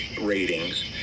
ratings